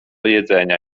jedzenia